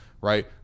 right